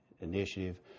initiative